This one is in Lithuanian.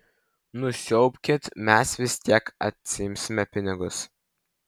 nusiaubkit mes vis tiek atsiimsime pinigus